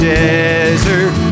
desert